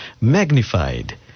magnified